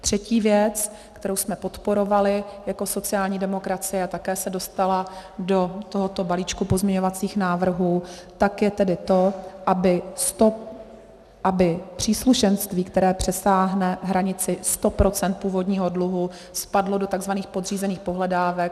Třetí věc, kterou jsme podporovali jako sociální demokracie a také se dostala do tohoto balíčku pozměňovacích návrhů, je tedy to, aby příslušenství, které přesáhne hranici 100 % původního dluhu, spadlo do takzvaných podřízených pohledávek.